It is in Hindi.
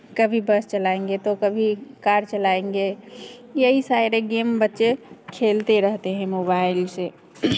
कभी बस चलाएँगे तो कभी कार चलाएँगे यही सारे गेम बच्चे खेलते रहते हैं मोबाइल से